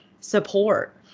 support